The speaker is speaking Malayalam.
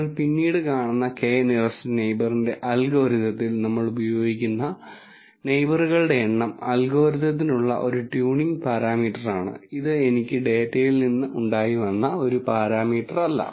നിങ്ങൾ പിന്നീട് കാണുന്ന k നിയറെസ്റ് നെയിബറിന്റെ അൽഗോരിതത്തിൽ നമ്മൾ ഉപയോഗിക്കുന്ന നെയിബറുകളുടെ എണ്ണം അൽഗോരിതത്തിനുള്ള ഒരു ട്യൂണിംഗ് പാരാമീറ്ററാണ് ഇത് എനിക്ക് ഡാറ്റയിൽ നിന്ന് ഉണ്ടായിവന്ന ഒരു പാരാമീറ്ററല്ല